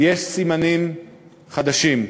יש סימנים חדשים,